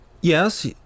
yes